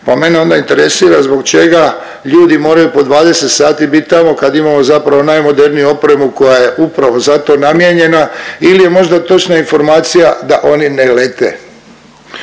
Pa mene onda interesira zbog čega ljudi moraju po 20 sati bit tamo kad imamo zapravo najmoderniju opremu koja je upravo za to namijenjena ili je možda točna informacija da oni ne lete?